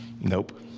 Nope